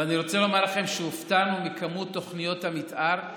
ואני רוצה לומר לכם שהופתענו מכמות תוכניות המתאר,